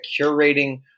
curating